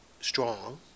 strong